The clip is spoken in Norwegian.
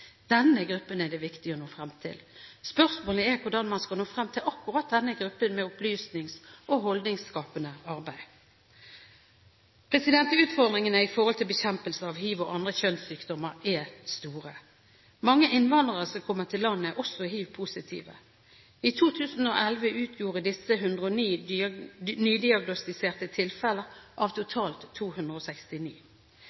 Denne gruppen er det viktig og nå frem til. Spørsmålet er hvordan man skal nå frem til akkurat denne gruppen med opplysnings- og holdningsskapende arbeid. Utfordringene når det gjelder bekjempelsen av hiv og andre kjønnssykdommer, er store. Mange innvandrere som kommer til landet, er også hivpositive. I 2011 utgjorde disse 109